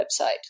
website